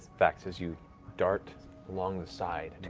vax, as you dart along the side,